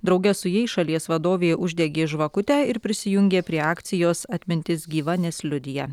drauge su jais šalies vadovė uždegė žvakutę ir prisijungė prie akcijos atmintis gyva nes liudija